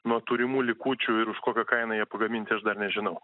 nuo turimų likučių ir už kokią kainą jie pagaminti aš dar nežinau